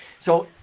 so,